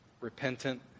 repentant